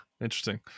Interesting